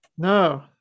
No